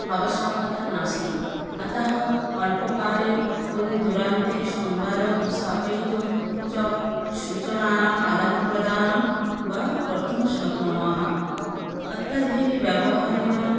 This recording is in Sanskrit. आवश्यकता नास्ति अतः अल्पकाले दूरदूरान्ते सम्वादं स्थापयितुं च सूचनानाम् आदानप्रदानं वा कर्तुं शक्नुमः अत्यधिकव्यवहारेण